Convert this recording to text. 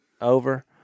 over